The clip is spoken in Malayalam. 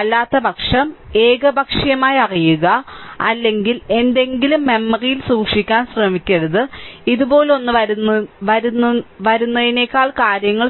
അല്ലാത്തപക്ഷം ഏകപക്ഷീയമായി അറിയുക അല്ലെങ്കിൽ എന്തെങ്കിലും മെമ്മറിയിൽ സൂക്ഷിക്കാൻ ശ്രമിക്കരുത് ഇതുപോലൊന്ന് വരുന്നതിനേക്കാൾ കാര്യങ്ങൾ